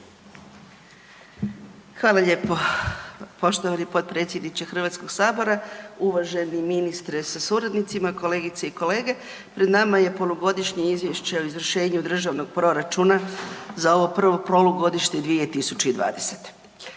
Hvala lijepo poštovani potpredsjedniče Hrvatskog sabora. Uvaženi ministre sa suradnicima, kolegice i kolege, pred nama je polugodišnje izvješće o izvršenju državnog proračuna za ovo prvo polugodište 2020.